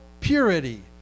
purity